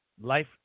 Life